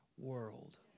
world